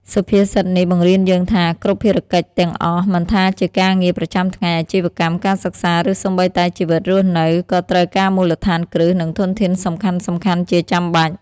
សុភាសិតនេះបង្រៀនយើងថា គ្រប់កិច្ចការទាំងអស់ មិនថាជាការងារប្រចាំថ្ងៃ អាជីវកម្ម ការសិក្សា ឬសូម្បីតែជីវិតរស់នៅ ក៏ត្រូវការមូលដ្ឋានគ្រឹះ និងធនធានសំខាន់ៗជាចាំបាច់។